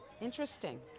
Interesting